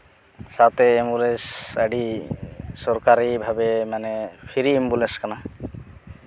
ᱥᱟᱶᱛᱮ ᱮᱢᱵᱩᱞᱮᱱᱥ ᱟᱹᱰᱤ ᱥᱚᱨᱠᱟᱨᱤ ᱵᱷᱟᱵᱮ ᱢᱟᱱᱮ ᱯᱷᱮᱨᱤ ᱮᱢᱵᱩᱞᱮᱱᱥ ᱠᱟᱱᱟ